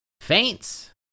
faints